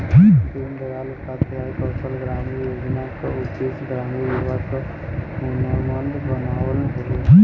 दीन दयाल उपाध्याय कौशल ग्रामीण योजना क उद्देश्य ग्रामीण युवा क हुनरमंद बनावल हउवे